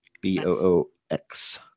B-O-O-X